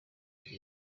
nziza